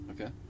Okay